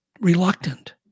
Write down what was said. reluctant